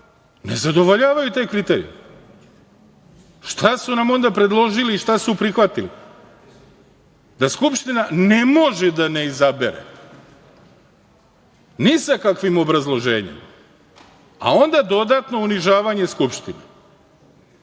ne zadovoljavaju te kriterijume. Šta su nam onda predložili i šta su prihvatili? Da skupština ne može da ne izabere ni sa kakvim obrazloženjem, a onda dodatno unižavanje Skupštine.